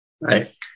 Right